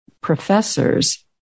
professors